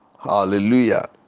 Hallelujah